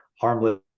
harmless